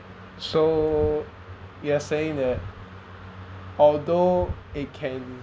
so you're saying that although it can